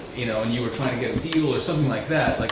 you know, and you were trying to get a deal or something like that, like